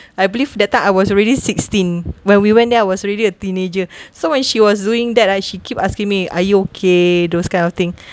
I believe that time I was already sixteen when we went there I was already a teenager so when she was doing that ah she keep asking me are you okay those kind of thing